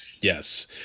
Yes